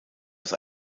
aus